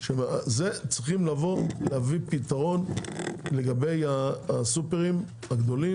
צריך להביא פתרון לגבי הסופרים הגדולים,